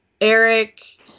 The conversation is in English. Eric